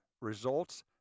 results